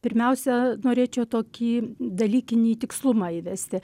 pirmiausia norėčiau tokį dalykinį tikslumą įvesti